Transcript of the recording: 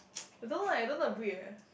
the dog one I don't abbrev~ eh